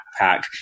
backpack